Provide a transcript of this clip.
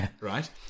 right